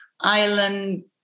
island